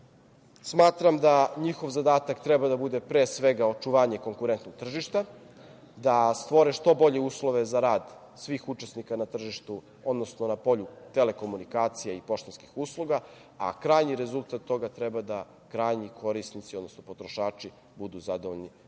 Smatram da njihov zadatak treba da bude, pre svega, očuvanje konkurentnog tržišta, da stvore što bolje uslove za rad svih učesnika na tržištu, odnosno na polju telekomunikacija i poštanskih usluga, a krajnji rezultat toga treba da krajnji korisnici, odnosno potrošači budu zadovoljni tim